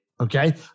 okay